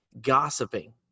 gossiping